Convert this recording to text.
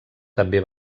també